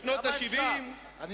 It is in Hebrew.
בשנות ה-70.